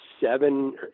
seven